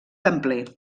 templer